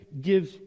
gives